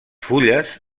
fulles